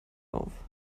auf